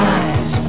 eyes